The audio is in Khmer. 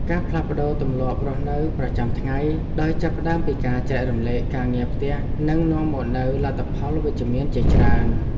ការផ្លាស់ប្តូរទម្លាប់រស់នៅប្រចាំថ្ងៃដោយចាប់ផ្តើមពីការចែករំលែកការងារផ្ទះនឹងនាំមកនូវលទ្ធផលវិជ្ជមានជាច្រើន។